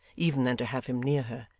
even than to have him near her,